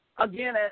Again